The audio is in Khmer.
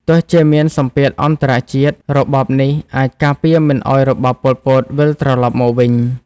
ទោះជាមានសម្ពាធអន្តរជាតិ របបនេះអាចការពារមិនឱ្យរបប ប៉ុល ពត វិលត្រឡប់មកវិញ។